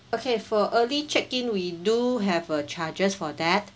okay for early check in we do have a charges for that